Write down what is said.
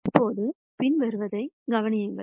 இப்போது பின்வருவதை கவனியுங்கள்